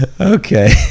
okay